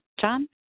John